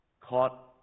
caught